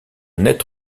net